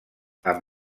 amb